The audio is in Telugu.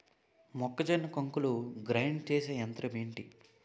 మొక్కజొన్న కంకులు గ్రైండ్ చేసే యంత్రం ఏంటి?